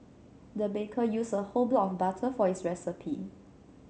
the baker used a whole block of butter for this recipe